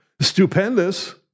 stupendous